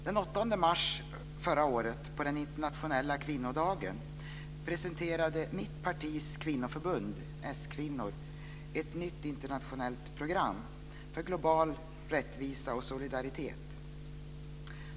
Den 8 mars förra året, på den internationella kvinnodagen, presenterade mitt partis kvinnoförbund, skvinnor, ett nytt internationellt program för global rättvisa och solidaritet.